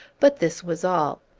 but this was all.